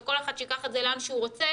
וכל אחד שייקח את זה לאן שהוא רוצה,